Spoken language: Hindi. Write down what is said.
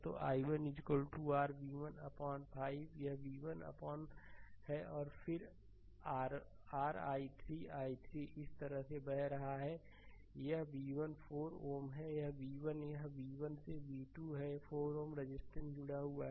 तो i1 r v1 अपान 5 यह v1 अपान है और फिर r i3 i3 इस तरह से बह रहा है यह v1 4 Ω है v1 यह v1 से v2 है 4 Ω रेजिस्टेंसजुड़ा हुआ है